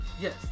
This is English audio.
yes